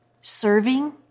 serving